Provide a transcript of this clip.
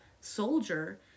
soldier